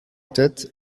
tête